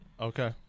Okay